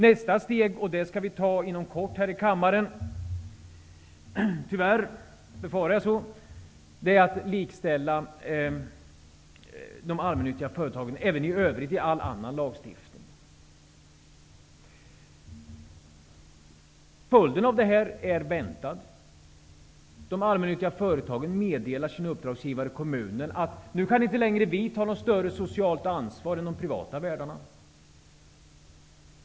Nästa steg som vi här i kammaren inom kort skall ta -- jag befarar att det, tyvärr, blir så -- är att de allmännyttiga företagen också i all annan lagstiftning likställs med de privata. Följden blir naturligtvis att de allmännyttiga företagen meddelar sin uppdragsgivare, kommunen: Nu kan vi inte längre ta större socialt ansvar än de privata värdarna.